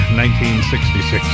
1966